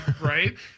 Right